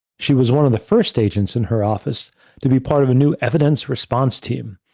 she was one of the first agents in her office to be part of a new evidence response team.